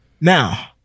Now